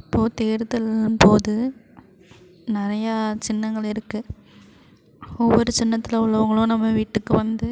இப்போது தேர்தல்போது நிறையா சின்னங்கள் இருக்குது ஒவ்வொரு சின்னத்தில் உள்ளவங்களும் நம்ம வீட்டுக்கு வந்து